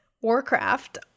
Warcraft